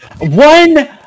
one